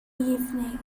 evening